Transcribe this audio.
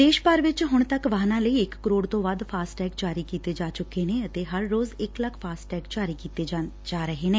ਦੇਸ਼ ਭਰ ਵਿਚ ਹੁਣ ਤੱਕ ਵਾਹਨਾਂ ਲਈ ਇਕ ਕਰੋੜ ਤੋ ਵਧ ਫਾਸਟੈਗ ਜੀ ਕੀਤੇ ਜਾ ਚੂੱਕੇ ਨੇ ਅਤੇ ਹਰ ਰੋਜ਼ ਇਕ ਲੱਖ ਫਾਸਟੈਗ ਜਾਰੀ ਕੀਤੇ ਜਾਂਦੇ ਨੇ